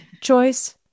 choice